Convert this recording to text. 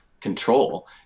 control